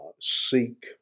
seek